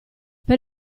per